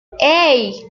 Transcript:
hey